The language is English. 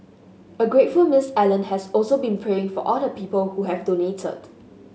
a grateful Miss Allen has also been praying for all the people who have donated